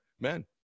men